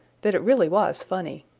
that it really was funny.